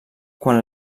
quan